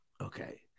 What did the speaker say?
okay